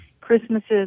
Christmases